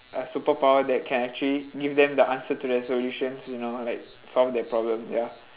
a superpower that can actually give them the answers to their solutions you know like solve their problem ya